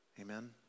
Amen